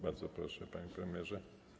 Bardzo proszę, panie premierze.